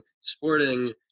Sporting